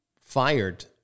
fired